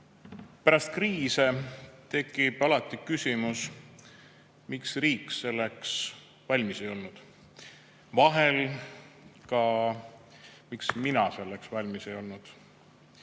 Pärast kriise tekib alati küsimus, miks riik selleks valmis ei olnud. Vahel ka, miks mina selleks valmis ei olnud.